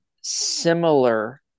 similar